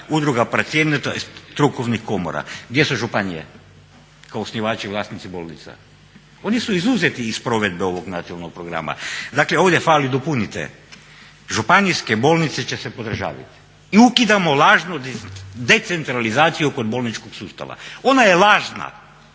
udruga procjenitelja strukovnih komora." Gdje su županije kao osnivači, vlasnici bolnica? Oni su izuzeti iz provedbe ovog nacionalnog programa. Dakle, ovdje fali dopunite županijske bolnice će se podržaviti i ukidamo lažnu decentralizaciju kod bolničkog sustava. Ona je lažna